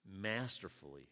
masterfully